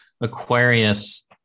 Aquarius